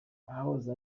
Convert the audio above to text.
ahahoze